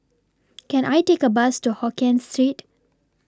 Can I Take A Bus to Hokien Street